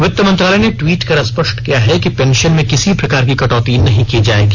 वित्त मंत्रालय ने ट्वीट कर स्पष्ट किया है कि पेंशन में किसी प्रकार की कटौती नहीं की जायेगी